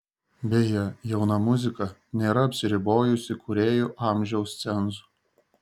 beje jauna muzika nėra apsiribojusi kūrėjų amžiaus cenzu